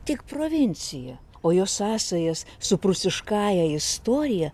tik provincija o jos sąsajas su prūsiškąja istorija